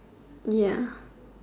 ya